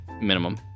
minimum